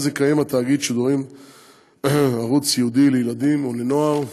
שאז יקיים תאגיד השידור ערוץ ייעודי לילדים ולנוער.